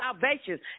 salvation